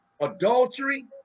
adultery